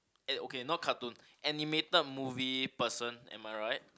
eh okay not cartoon animated movie person am I right